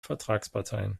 vertragsparteien